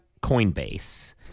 Coinbase